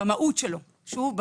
שוב,